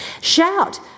Shout